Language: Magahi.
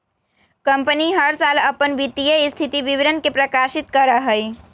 कंपनी हर साल अपन वित्तीय स्थिति विवरण के प्रकाशित करा हई